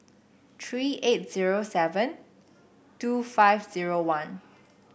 three eight zero seven two five zero one